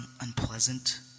unpleasant